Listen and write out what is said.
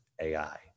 AI